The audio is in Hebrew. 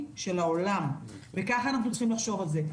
של העולם וככה אנחנו צריכים לחשוב על זה.